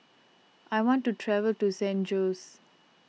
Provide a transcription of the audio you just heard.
I want to travel to San Jose